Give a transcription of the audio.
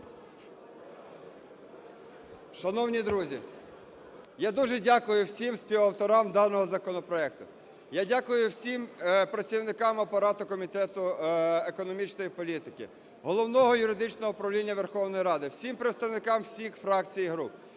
Шановні друзі, я дуже дякую всім співавторам даного законопроекту. Я дякую всім працівникам апарату Комітету економічної політики, Головного юридичного управління Верховної Ради, всім представникам всіх фракцій і груп.